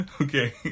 Okay